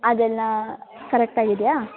ಅದೆಲ್ಲ ಕರೆಕ್ಟಾಗಿ ಇದೆಯಾ